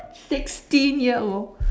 sixteen year old